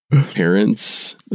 parents